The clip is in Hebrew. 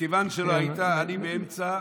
מכיוון שלא היית, אני באמצע,